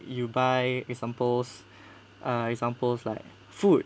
you buy examples uh examples like food